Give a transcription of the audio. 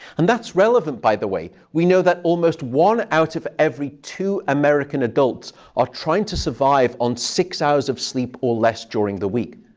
and that's relevant, by the way. we know that almost one out of every two american adults are trying to survive on six hours of sleep or less during the week.